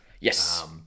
Yes